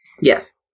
Yes